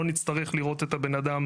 הייתה הוראת שעה היו אלפי בקשות למעמד.